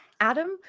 Adam